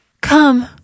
Come